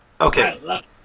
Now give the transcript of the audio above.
okay